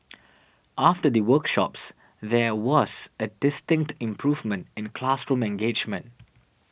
after the workshops there was a distinct improvement in classroom engagement